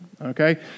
Okay